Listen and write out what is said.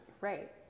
Right